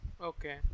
Okay